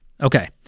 Okay